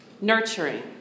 nurturing